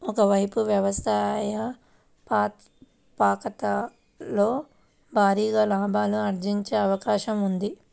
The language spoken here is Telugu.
ఒక వైపు వ్యవస్థాపకతలో భారీగా లాభాలు ఆర్జించే అవకాశం ఉంది